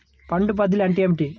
Fund బదిలీ అంటే ఏమిటి?